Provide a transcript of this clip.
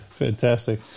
Fantastic